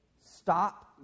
Stop